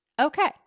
Okay